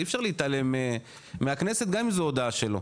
אי אפשר להתעלם מהכנסת גם אם זה הודעה שלו.